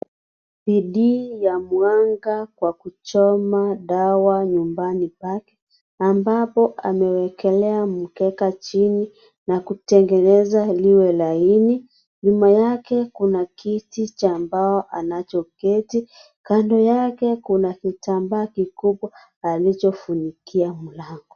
Bidii ya mganga kwa kuchoma dawa nyumbani pake ambapo amewekela mkeka chini na kitengeneza liwe laini, nyuma yake kuna kiti cha mbao anachoketi kando yake kuna kitambaa kikubwa alichofunikia mlango.